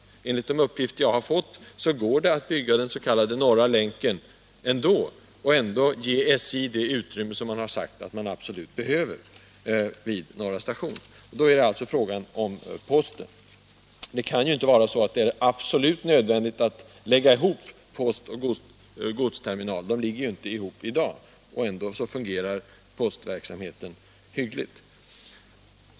Enligt de Lokalisering av uppgifter jag har fått går det att bygga den s.k. norra länken vid Norra = postoch järnvägsstation och ändå avsätta det utrymme som SJ har sagt att man absolut = terminal till Solna behöver. Då gäller frågan alltså posten. Det kan inte vara absolut nödvändigt att lägga ihop postoch godsterminalerna. De ligger ju inte ihop i dag, och ändå fungerar postverksamheten hyggligt.